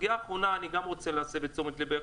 הסוגיה האחרונה אליה אני רוצה להסב את תשומת לבך,